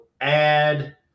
add